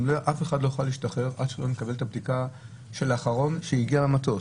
אף אחד לא יכול להשתחרר עד שלא נקבל את הבדיקה של האחרון שהגיע למטוס?